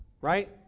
Right